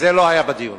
וזה לא היה בדיון,